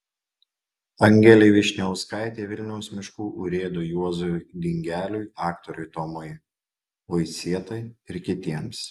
angelei vyšniauskaitei vilniaus miškų urėdui juozui dingeliui aktoriui tomui vaisietai ir kitiems